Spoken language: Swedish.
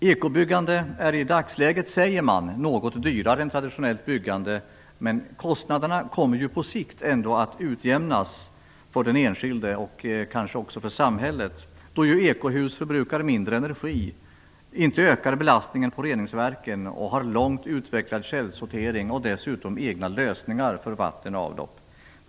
Ekobyggande är i dagsläget, säger man, något dyrare än traditionellt byggande. Men kostnaderna kommer på sikt att utjämnas för den enskilde och kanske också för samhället, då ju ekohus förbrukar mindre energi, inte ökar belastningen på reningsverken, har långt utvecklad källsortering och egna lösningar för vatten och avlopp.